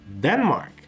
Denmark